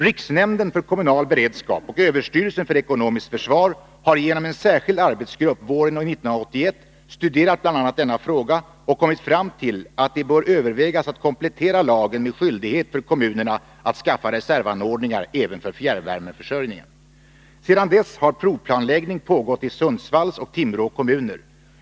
Riksnämnden för kommunal beredskap och överstyrelsen för ekonomiskt försvar har genom en särskild arbetsgrupp våren 1981 studerat bl.a. denna fråga och kommit fram till att det bör övervägas om man skall komplettera lagen med skyldighet för kommunerna att skaffa reservanordningar även för fjärrvärmeförsörjningen. Sedan dess har provplanläggning pågått i Sundsvalls och Timrå kommuner.